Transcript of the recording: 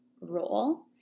role